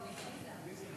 לא, עליזה.